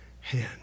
hand